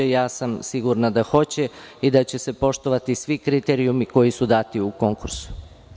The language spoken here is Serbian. Sigurna sam da hoće, da će se poštovati svi kriterijumi koji su dati u konkursu.